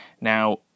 Now